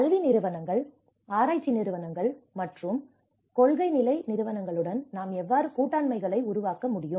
கல்வி நிறுவனங்கள் ஆராய்ச்சி நிறுவனங்கள் மற்றும் நடைமுறை மற்றும் கொள்கை நிலை நிறுவனங்களுடன் நாம் எவ்வாறு கூட்டாண்மைகளை உருவாக்க முடியும்